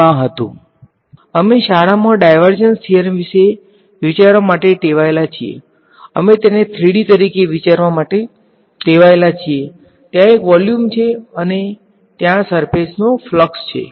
તે 3D માં હતુ અમે શાળામા ડાયવર્જંસ થીયરમ વિશે વિચારવા માટે ટેવાયેલા છીએ અમે તેને 3D તરીકે વિચારવા માટે ટેવાયેલા છીએ ત્યાં એક વોલ્યુમ છે અને ત્યાં સર્ફેસ નો ફલ્ક્ષ છે